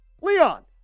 Leon